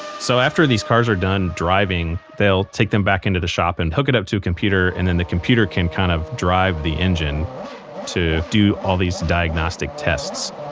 so after these cars are done driving, they'll take them back into the shop and hook it up to a computer and and the computer can kind of drive the engine to do all these diagnostics tests.